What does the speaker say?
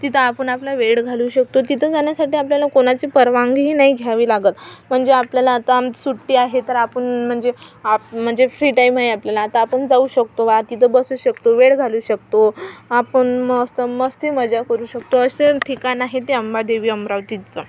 तिथं आपण आपला वेळ घालवू शकतो तिथं जाण्यासाठी आपल्याला कोणाची परवानगीही नाही घ्यावी लागत म्हणजे आपल्याला आता सुट्टी आहे तर आपण म्हणजे आप म्हणजे फ्री टाइम आहे आपल्याला तर आपण जाऊ शकतो बा तिथं बसू शकतो वेळ घालवू शकतो आपण मस्त मस्ती मजा करू शकतो असं ठिकाण आहे ते अंबादेवी अमरावतीचं